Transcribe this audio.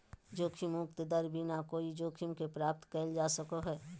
जोखिम मुक्त दर बिना कोय जोखिम के प्राप्त कइल जा सको हइ